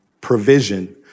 provision